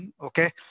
okay